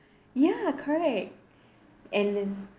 ya correct and